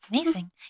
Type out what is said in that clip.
amazing